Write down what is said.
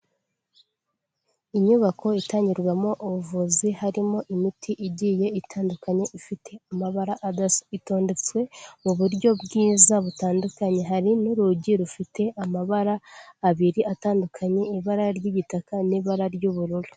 Inyubako itangirwamo ubuvuzi, harimo imiti igiye itandukanye, ifite amabara adasa, itondetse mu buryo bwiza butandukanye, hari n'urugi rufite amabara abiri atandukanye, ibara ry'igitaka n'ibara ry'ubururu.